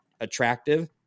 attractive